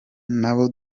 n’abo